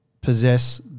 possess